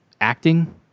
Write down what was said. acting